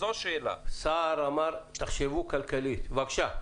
עידו, בבקשה.